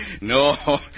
No